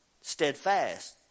steadfast